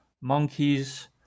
monkeys